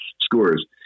scores